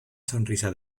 sonrisa